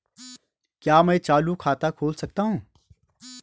क्या मैं चालू खाता खोल सकता हूँ?